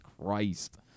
christ